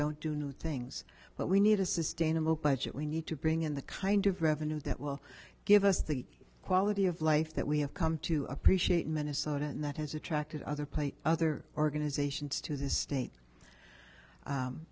don't do new things but we need a sustainable budget we need to bring in the kind of revenue that will give us the quality of life that we have come to appreciate minnesota and that has attracted other place other organizations to this state